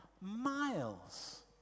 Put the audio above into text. miles